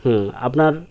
হুম আপনার